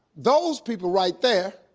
those people right there,